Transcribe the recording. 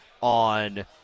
on